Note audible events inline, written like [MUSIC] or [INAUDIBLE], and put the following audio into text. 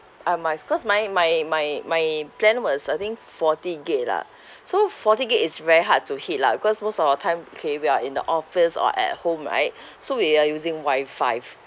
uh my is cause my my my my plan was I think forty gig lah so forty gig is very hard to hit lah cause most of our time kay we are in the office or at home right [BREATH] so we are using wi five